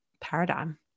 paradigm